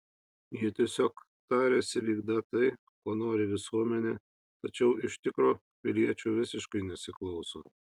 jie tiesiog tariasi vykdą tai ko nori visuomenė tačiau iš tikro piliečių visiškai nesiklauso